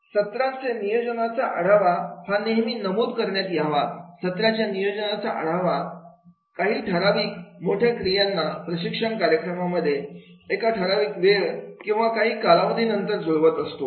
सत्रांचा नियोजनाचा आढावा हा नेहमी नमूद करण्यात यावा सत्राच्या नियोजनाचा आढावा काही ठराविक मोठ्या क्रियांना प्रशिक्षण कार्यक्रम एका ठराविक वेळ किंवा काही कालावधीनंतर जुळवत असतो